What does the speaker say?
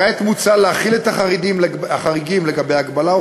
כעת מוצע להחיל את החריגים לגבי הגבלה או